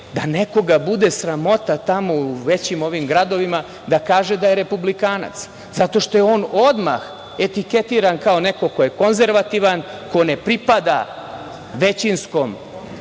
da nekoga bude sramota tamo u većim ovim gradovima da kaže da je republikanac, zato što je on odmah etiketiran kao neko ko je konzervativan, ko ne pripada većinskom